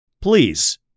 Please